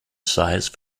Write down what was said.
size